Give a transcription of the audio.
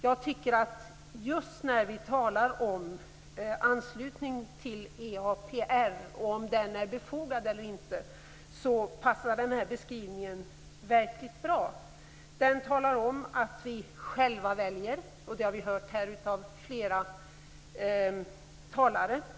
Jag tycker att just när vi talar om en anslutning till EAPR, om huruvida den är befogad eller inte, passar den här beskrivningen verkligen bra. Den talar om att vi själva väljer. Det har vi hört här av flera talare.